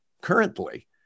currently